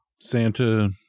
Santa